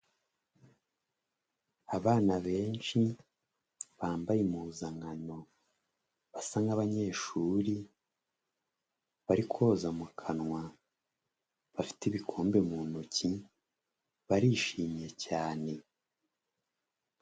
Abana benshi bambaye impuzankano basa nk’abanyeshuri, bari koza mu kanwa, bafite ibikombe mu ntoki barishimye cyane.